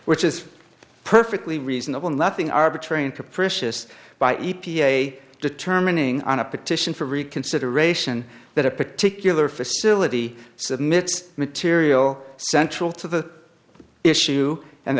which is perfectly reasonable nothing arbitrary and capricious by e p a determining on a petition for reconsideration that a particular facility submits material central to the issue and